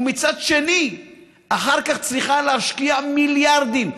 ומצד שני אחר כך צריכה להשקיע מיליארדים,